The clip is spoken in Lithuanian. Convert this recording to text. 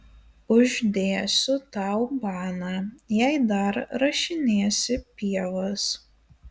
uždėsiu tau baną jei dar rašinėsi pievas